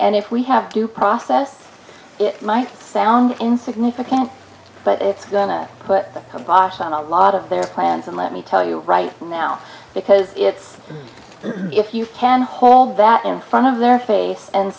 end if we have to process it might sound insignificant but it's going to put a box on a lot of their plans and let me tell you right now because it's if you can hold that in front of their face and